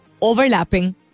overlapping